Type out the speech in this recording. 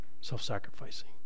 self-sacrificing